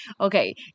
Okay